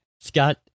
Scott